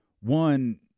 one